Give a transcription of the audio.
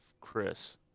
Chris